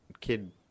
kid